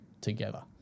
together